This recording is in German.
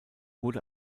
wurde